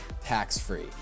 tax-free